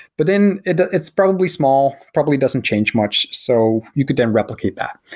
but then it's probably small, probably doesn't change much. so you could then replicate that.